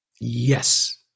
yes